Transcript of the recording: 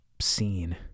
scene